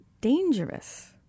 dangerous